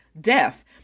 death